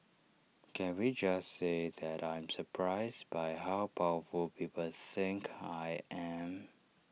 can we just say that I am surprised by how powerful people think I am